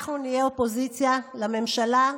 אנחנו נהיה אופוזיציה לממשלה,